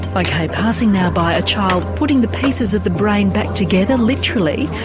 like ok, passing now by a child putting the pieces of the brain back together literally,